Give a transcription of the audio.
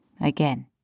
Again